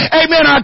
amen